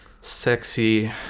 sexy